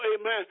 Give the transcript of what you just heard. amen